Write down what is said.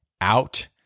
out